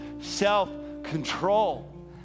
self-control